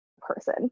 person